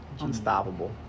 unstoppable